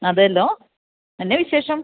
അതെല്ലോ എന്നാ വിശേഷം